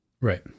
Right